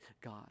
God